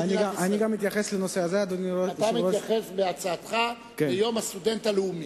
אתה מתייחס בהצעתך ליום הסטודנט הלאומי.